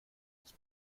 das